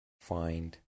find